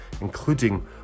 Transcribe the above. including